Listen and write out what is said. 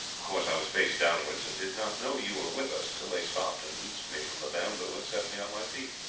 of course i was face downwards, and did not know you were with us till they stopped and loosed me from the bamboo and set me on my feet.